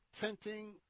tenting